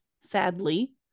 sadly